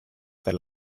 per